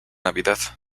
navidad